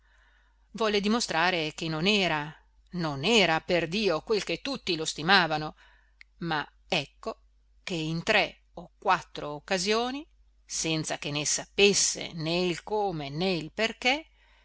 volle dimostrare che non era non era perdio quel che tutti lo stimavano ma ecco che in tre o quattro occasioni senza che ne sapesse né il come né il perché